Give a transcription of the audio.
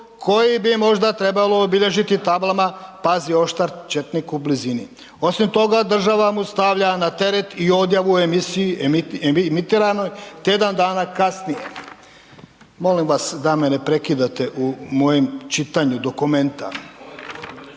koji bi možda trebalo obilježiti tablama „pazi oštar četnik u blizini“. Osim toga država mu stavlja na teret i odjavu u emisiji emitiranoj tjedna dana kasnije. Molim vas da me ne prekidate u mojem čitanju dokumenta.